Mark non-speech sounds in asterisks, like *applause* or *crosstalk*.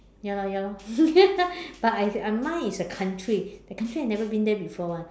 ya lor ya lor *laughs* but I uh mine is a country the country I never been there before [one]